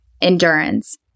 Endurance